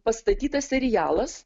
pastatytas serialas